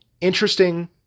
Interesting